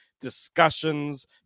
discussions